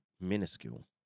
minuscule